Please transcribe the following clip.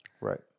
Right